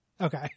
Okay